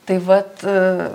tai vat